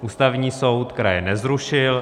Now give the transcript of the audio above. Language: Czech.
Ústavní soud kraje nezrušil.